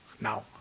Now